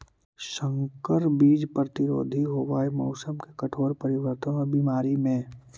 संकर बीज प्रतिरोधी होव हई मौसम के कठोर परिवर्तन और बीमारी में